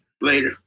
Later